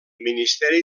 ministeri